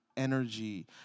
energy